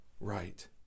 right